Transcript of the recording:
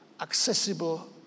accessible